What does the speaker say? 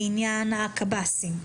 לעניין הגננות,